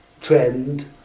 trend